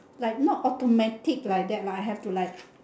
like not automatic like that lah I have to like